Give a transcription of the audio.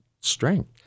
strength